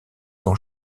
son